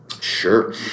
Sure